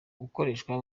gukoreshwa